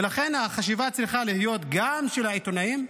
ולכן החשיבה, גם של העיתונאים,